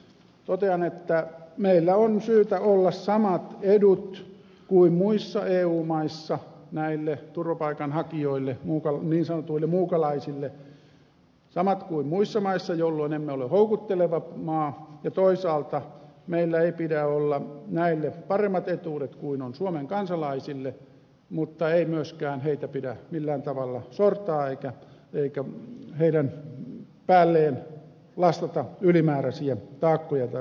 totean että meillä on syytä olla samat edut kuin muissa eu maissa näille turvapaikanhakijoille niin sanotuille muukalaisille samat kuin muissa maissa jolloin emme ole houkutteleva maa ja toisaalta meillä ei pidä olla näille parempia etuja kuin on suomen kansalaisille mutta ei myöskään heitä pidä millään tavalla sortaa eikä heidän päälleen lastata ylimääräisiä taakkoja tai vaatimuksia